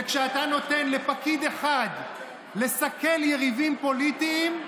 וכשאתה נותן לפקיד אחד לסכל יריבים פוליטיים,